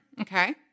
Okay